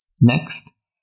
Next